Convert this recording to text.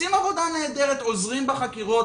ללשכות הבריאות והם עושים עבודה נהדרת ועוזרים בחקירה,